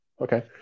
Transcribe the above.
Okay